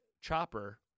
chopper